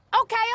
Okay